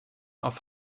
auf